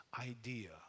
idea